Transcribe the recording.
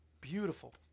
Beautiful